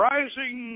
Rising